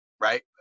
right